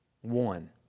one